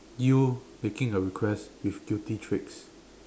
you making a request with guilty tricks